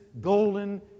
golden